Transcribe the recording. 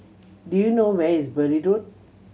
do you know where is Bury Road